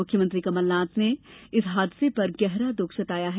मुख्यमंत्री कमलनाथ ने इस हादसे पर गहरा दुःख जताया है